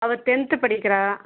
அவள் டென்த் படிக்கிறாள்